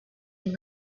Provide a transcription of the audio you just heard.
you